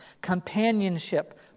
companionship